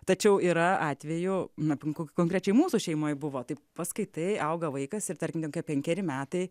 tačiau yra atvejų na ko konkrečiai mūsų šeimoj buvo tai paskaitai auga vaikas ir tarkim ten kokie penkeri metai